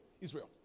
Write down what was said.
Israel